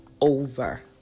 over